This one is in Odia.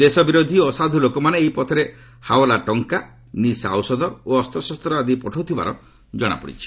ଦେଶ ବିରୋଧୀ ଓ ଅସାଧୁ ଲୋକମାନେ ଏହି ପଥରେ ହାଓଲାଟଙ୍କା ନିଶା ଔଷଧ ଓ ଅସ୍ତ୍ରଶସ୍ତ୍ର ଆଦି ପଠଉଥିବାର ଜଣାପଡ଼ିଛି